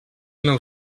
nou